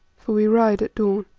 for we ride at dawn.